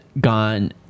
gone